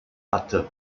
hatte